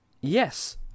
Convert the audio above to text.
yes